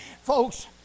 Folks